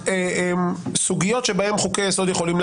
שעל בסיסו תבטל חוקים,